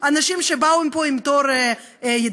אנשים שבאו לפה עם טוהר ידיים,